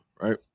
right